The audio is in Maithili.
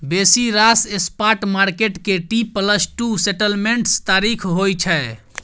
बेसी रास स्पॉट मार्केट के टी प्लस टू सेटलमेंट्स तारीख होइ छै